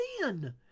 sin